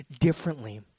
differently